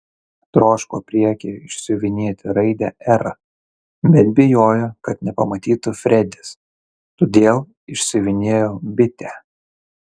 troško priekyje išsiuvinėti raidę r bet bijojo kad nepamatytų fredis todėl išsiuvinėjo bitę